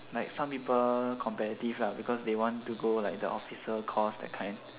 like some people competitive lah because they want to go like the officer course that kind